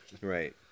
right